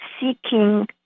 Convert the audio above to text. seeking